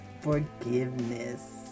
forgiveness